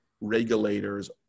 regulators